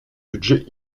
budget